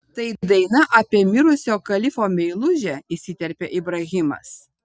tai daina apie mirusio kalifo meilužę įsiterpė ibrahimas